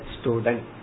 student